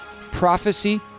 prophecy